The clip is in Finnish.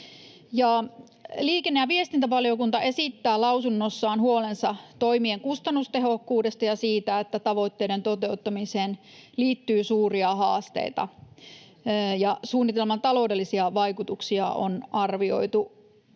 Liikenne- ja viestintävaliokunta esittää lausunnossaan huolensa toimien kustannustehokkuudesta ja siitä, että tavoitteiden toteuttamiseen liittyy suuria haasteita ja suunnitelman taloudellisia vaikutuksia on arvioitu